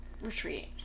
Retreat